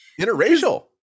Interracial